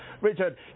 Richard